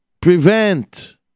Prevent